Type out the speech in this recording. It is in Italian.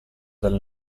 del